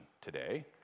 today